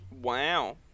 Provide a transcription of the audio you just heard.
wow